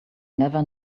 never